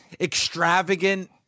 extravagant